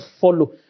follow